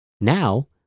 Now